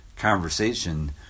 conversation